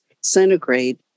centigrade